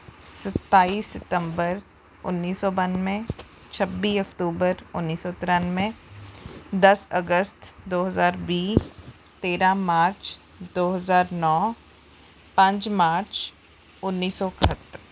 ਸਤਾਈ ਸਤੰਬਰ ਉੱਨੀ ਸੌ ਬਾਨਵੇਂ ਛੱਬੀ ਅਕਤੂਬਰ ਉੱਨੀ ਸੌ ਤ੍ਰਿਆਨਵੇਂ ਦਸ ਅਗਸਤ ਦੋ ਹਜ਼ਾਰ ਵੀਹ ਤੇਰਾਂ ਮਾਰਚ ਦੋ ਹਜ਼ਾਰ ਨੌ ਪੰਜ ਮਾਰਚ ਉੱਨੀ ਸੌ ਇਕਹੱਤਰ